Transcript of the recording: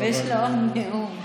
ויש לו עוד נאום.